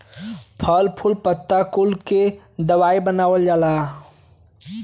फल फूल पत्ता कुल के दवाई बनावल जाला